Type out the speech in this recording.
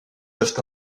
peuvent